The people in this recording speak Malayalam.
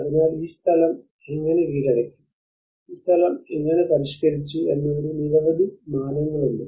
അതിനാൽ ഈ സ്ഥലം എങ്ങനെ കീഴടക്കി ഈ സ്ഥലം എങ്ങനെ പരിഷ്ക്കരിച്ചു എന്നതിന് നിരവധി മാനങ്ങളുണ്ട്